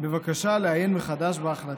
בבקשה לעיין מחדש בהחלטה.